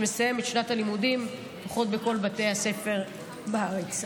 שמסיים את שנת הלימודים בבתי הספר בארץ,